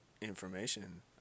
information